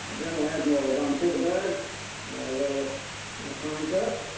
general admiral von friedeburg will sign first.